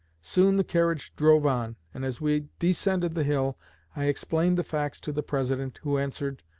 soon the carriage drove on, and as we descended the hill i explained the facts to the president, who answered,